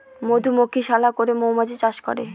মধুমক্ষিশালা করে মৌমাছি চাষ করে